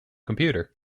computer